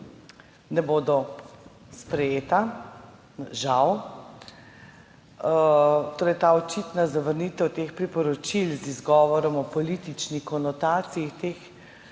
ne bodo sprejeta. Žal. Torej ta očitna zavrnitev teh priporočil z izgovorom o politični konotaciji